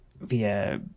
via